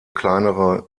kleinere